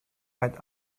weit